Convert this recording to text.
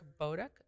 Bodak